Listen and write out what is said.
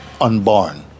unborn